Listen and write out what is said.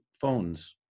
phones